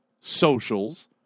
socials